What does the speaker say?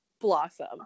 blossom